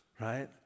right